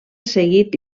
seguit